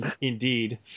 indeed